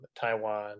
Taiwan